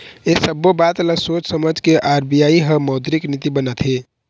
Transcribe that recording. ऐ सब्बो बात ल सोझ समझ के आर.बी.आई ह मौद्रिक नीति बनाथे